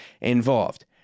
involved